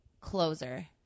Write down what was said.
closer